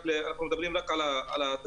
אנחנו מדברים רק על התשתיות.